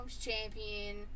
champion